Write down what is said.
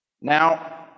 now